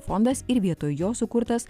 fondas ir vietoj jo sukurtas